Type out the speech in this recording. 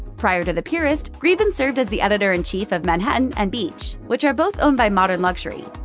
prior to the purist, greeven served as the editor-in-chief of manhattan and beach, which are both owned by modern luxury.